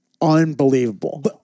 unbelievable